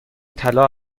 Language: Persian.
طلا